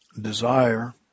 Desire